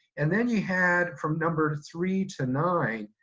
and then you had, from number three to nine,